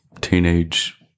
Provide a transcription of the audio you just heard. teenage